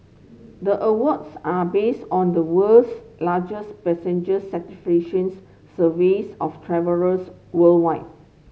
the awards are based on the world's largest passenger surveys of travellers worldwide